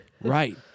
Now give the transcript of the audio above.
Right